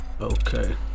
Okay